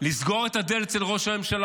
לסגור את הדלת של ראש הממשלה,